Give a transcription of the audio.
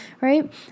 right